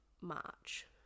March